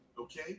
Okay